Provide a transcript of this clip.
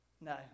No